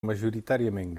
majoritàriament